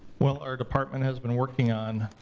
well, our department has been working on